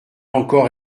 encore